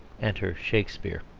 enter shakespeare.